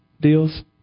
deals